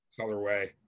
colorway